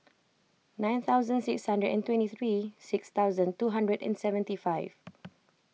nine thousand six hundred and twenty three six thousand two hundred and seventy five